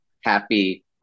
happy